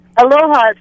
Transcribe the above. Aloha